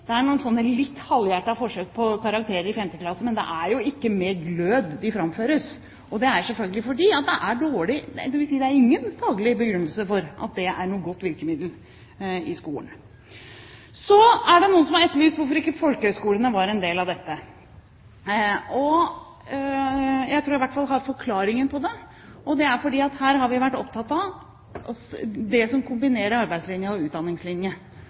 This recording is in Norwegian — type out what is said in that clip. Det er noen litt halvhjertede forsøk på karakterer i 5. klasse, men det er jo ikke med glød de framføres. Det er selvfølgelig fordi det ikke er noen faglig begrunnelse for at det er noe godt virkemiddel i skolen. Så er det noen som har etterlyst hvorfor ikke folkehøyskolene var en del av dette. Jeg tror i hvert fall jeg har forklaringen på det: Det er at her har vi vært opptatt av det som kombinerer arbeidslinje og